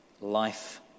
life